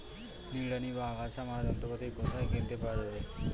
নিড়ানি বা আগাছা মারার যন্ত্রপাতি কোথায় কিনতে পাওয়া যাবে?